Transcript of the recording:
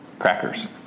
Crackers